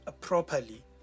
properly